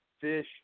fish